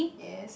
yes